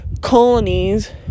colonies